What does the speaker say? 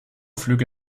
flüge